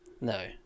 No